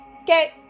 Okay